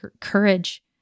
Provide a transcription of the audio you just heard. courage